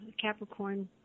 Capricorn